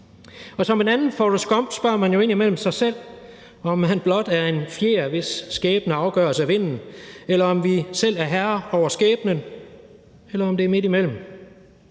Og som en anden Forrest Gump spørger man jo indimellem sig selv, om man blot er en fjer, hvis skæbne afgøres af vinden, eller om vi selv er herrer over skæbnen, eller om det er midtimellem.